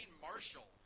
Marshall